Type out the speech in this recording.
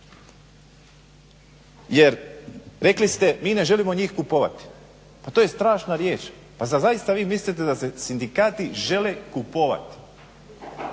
Jer rekli ste mi ne želimo njih kupovati. Pa to je strašna riječ. Pa zar zaista vi mislite da se sindikati žele kupovati?